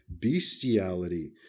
bestiality